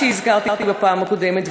שהזכרתי בפעם הקודמת,